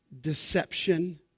deception